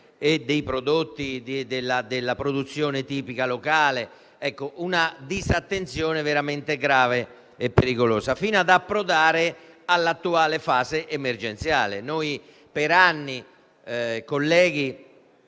e di produzione tipica locale, rappresenta una disattenzione veramente grave e pericolosa, fino ad approdare all'attuale fase emergenziale.